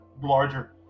larger